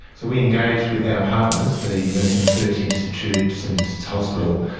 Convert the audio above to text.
so we engaged with our partners, the nursing research institute, st vincent's hospital,